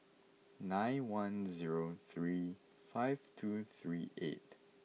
nine one zero three five two three eight